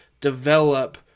develop